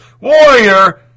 warrior